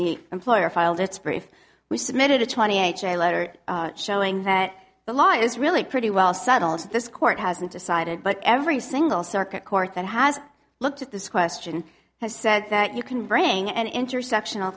the employer filed its brief we submitted a twenty eight day letter showing that the law is really pretty well settled this court hasn't decided but every single circuit court that has looked at this question has said that you can bring an intersection